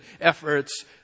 efforts